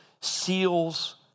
seals